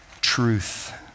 truth